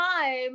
time